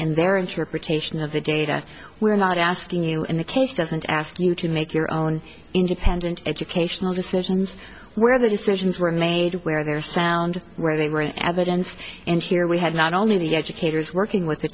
and their interpretation of the data we're not asking you in the case doesn't ask you to make your own independent educational decisions where the decisions were made where their sound where they were in evidence and here we had not only educators working with